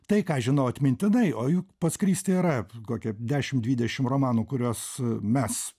tai ką žinau atmintinai o juk pas kristi yra kokia dešimt dvidešimt romanų kuriuos mes